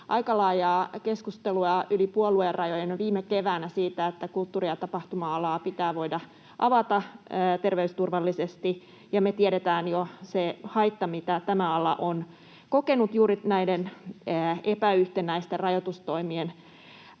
aika laajaa keskustelua yli puoluerajojen jo viime keväänä siitä, että kulttuuri- ja tapahtuma-alaa pitää voida avata terveysturvallisesti, ja me tiedetään jo se haitta, mitä tämä ala on kokenut juuri näiden epäyhtenäisten rajoitustoimien